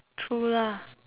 true lah